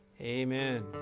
Amen